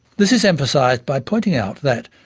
this is emphasised by pointing out that,